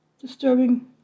disturbing